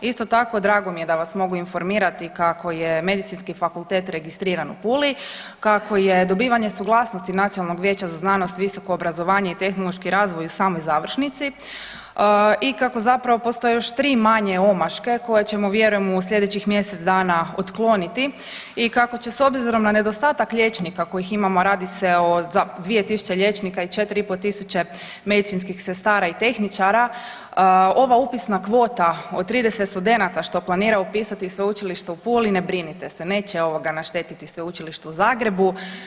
Isto tako drago mi je da vas mogu informirati kako je Medicinski fakultet registriran u Puli, kako je dobivanje suglasnosti Nacionalnog vijeća za znanost i visoko obrazovanje i tehnološki razvoj u samoj završnici i kako zapravo postoje još 3 manje omaške koje ćemo vjerujemo u slijedećih mjesec dana otkloniti i kako će s obzirom na nedostatak liječnika kojih imamo, a radi se o 2000 liječnika i 4.500 medicinskih sestara i tehničara ova upisna kvota od 30 studenata što planira upisati Sveučilište u Puli ne brinite se neće ovoga naštetiti Sveučilištu u Zagrebu.